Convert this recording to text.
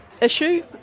issue